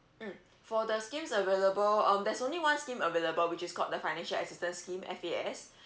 mm for the scheme available for um there's only one scheme available which is called the financial assistance scheme F_A_S